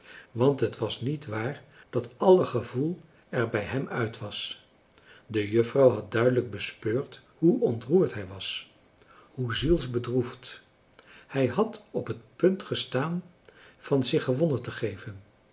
want het was niet waar dat alle gevoel er bij hem uit was de juffrouw had duidelijk bespeurd hoe ontroerd hij was hoe zielsbedroefd hij had op het punt gestaan van zich gewonnen te geven